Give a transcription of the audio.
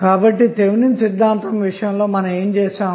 కాబట్టి థెవెనిన్ సిద్ధాంతం విషయంలో మనం ఏమి చేస్తాము